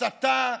הסתה,